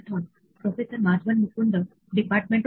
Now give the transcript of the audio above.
आता अशा अनेक गोष्टी आहेत ज्या चुकीच्या असू शकतात